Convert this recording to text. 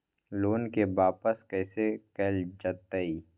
Loan के वापस कैसे कैल जतय?